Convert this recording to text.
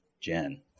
Jen